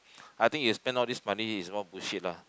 I think you spend all these money is more bullshit lah